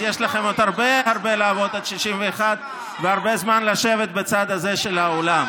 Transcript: אז יש לכם עוד הרבה הרבה לעבוד ולשבת בצד הזה של האולם.